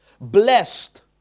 blessed